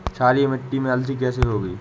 क्षारीय मिट्टी में अलसी कैसे होगी?